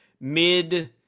mid-